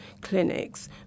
clinics